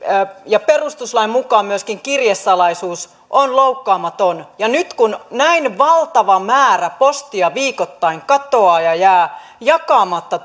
ja perustuslain mukaan myöskin kirjesalaisuus on loukkaamaton nyt kun näin valtava määrä postia viikoittain katoaa ja jää jakamatta